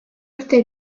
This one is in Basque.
urte